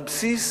על בסיס